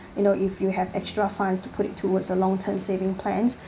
you know if you have extra funds to put it towards a long term savings plans